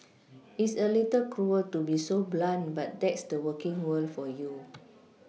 it's a little cruel to be so blunt but that's the working world for you